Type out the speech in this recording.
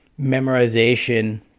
memorization